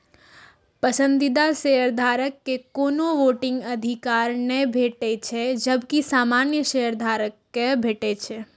पसंदीदा शेयरधारक कें कोनो वोटिंग अधिकार नै भेटै छै, जबकि सामान्य शेयधारक कें भेटै छै